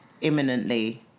imminently